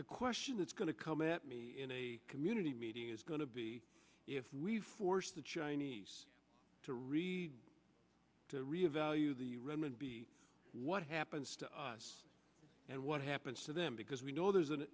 the question that's going to come at me in a community meeting is going to be if we force the chinese to read to re evaluate the renminbi what happens to us and what happens to them because we know there's a